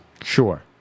Sure